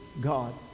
God